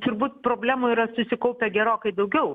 turbūt problemų yra susikaupę gerokai daugiau